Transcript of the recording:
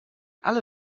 alle